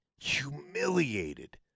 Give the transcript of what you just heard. humiliated